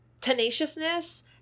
tenaciousness